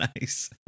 Nice